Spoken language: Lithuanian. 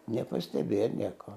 nepastebėjo nieko